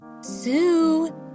Sue